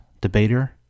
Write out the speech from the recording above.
debater